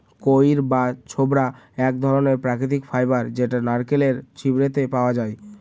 কইর বা ছবড়া এক ধরনের প্রাকৃতিক ফাইবার যেটা নারকেলের ছিবড়েতে পাওয়া যায়